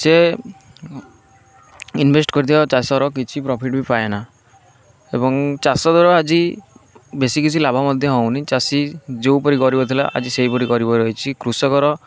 ସେ ଇନଭେଷ୍ଟ୍ କରିଥିବା ଚାଷର କିଛି ପ୍ରଫିଟ୍ ବି ପାଏନା ଏବଂ ଚାଷ ଧର ଆଜି ବେଶୀ କିଛି ଲାଭ ମଧ୍ୟ ହେଉନି ଚାଷୀ ଯେଉଁପରି ଗରିବ ଥିଲା ଆଜି ସେହି ପରି ଗରିବ ରହିଛି କୃଷକର